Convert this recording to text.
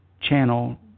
channel